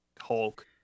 Hulk